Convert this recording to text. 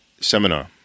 seminar